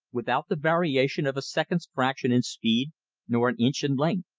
without the variation of a second's fraction in speed nor an inch in length.